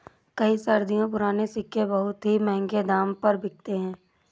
कई सदियों पुराने सिक्के बहुत ही महंगे दाम पर बिकते है